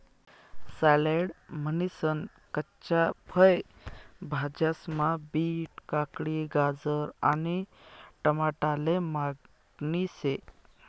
salad म्हनीसन कच्च्या फय भाज्यास्मा बीट, काकडी, गाजर आणि टमाटाले मागणी शे